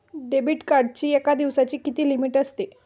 Debit कार्डची एका दिवसाची किती लिमिट असते?